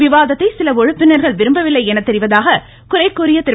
விவாதத்தை சில உறுப்பினர்கள் விரும்பவில்லை என தெரிவதாக குறை கூறிய திரு